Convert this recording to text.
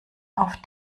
auf